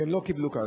והם לא קיבלו כאן.